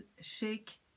shake